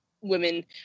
women